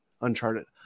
Uncharted